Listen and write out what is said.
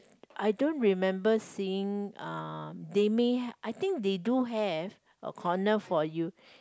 I don't remember seeing uh they may I think they do have a corner for you